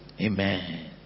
Amen